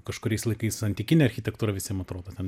kažkuriais laikais antikinė architektūra visiem atrodo ten